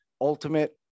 ultimate